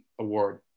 Award